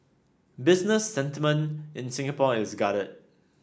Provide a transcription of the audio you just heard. business sentiment in Singapore is guarded